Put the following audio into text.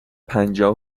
پنجاه